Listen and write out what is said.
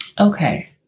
Okay